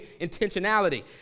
intentionality